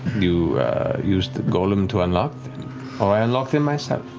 you use the golem to unlock them. or i unlock them myself.